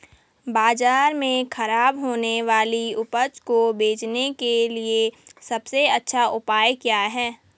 बाजार में खराब होने वाली उपज को बेचने के लिए सबसे अच्छा उपाय क्या हैं?